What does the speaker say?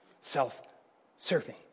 self-serving